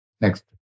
Next